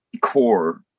core